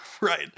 Right